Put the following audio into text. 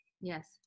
Yes